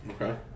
Okay